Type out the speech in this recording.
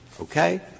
Okay